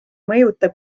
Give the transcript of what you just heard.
mõjuta